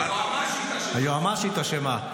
היועמ"שית אשמה.